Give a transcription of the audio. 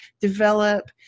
develop